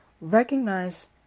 Recognize